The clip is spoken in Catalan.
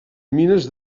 mines